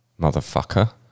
motherfucker